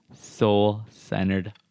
soul-centered